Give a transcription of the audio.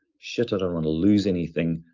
shit. i don't want to lose anything.